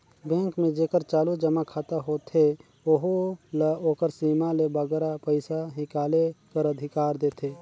bank में जेकर चालू जमा खाता होथे ओहू ल ओकर सीमा ले बगरा पइसा हिंकाले कर अधिकार देथे